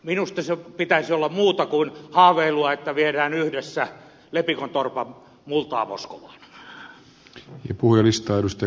minusta sen pitäisi olla muuta kuin haaveilua siitä että viedään yhdessä lepikon torpan multaa moskovaan